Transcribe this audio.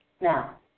Now